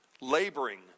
laboring